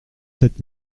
sept